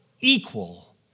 equal